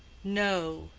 no,